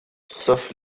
sauf